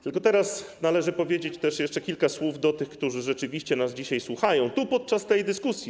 Tylko teraz należy powiedzieć jeszcze kilka słów do tych, którzy rzeczywiście nas dzisiaj słuchają, tu, podczas tej dyskusji.